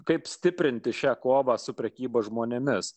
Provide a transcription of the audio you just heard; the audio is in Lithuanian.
kaip stiprinti šią kovą su prekyba žmonėmis